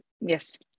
Yes